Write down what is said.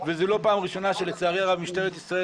וזה לא פעם ראשונה לצערי הרב שמשטרת ישראל